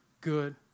good